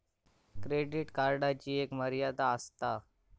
credit कार्डची एक मर्यादा आसता